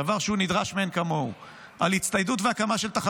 דבר שהוא נדרש מאין כמוהו,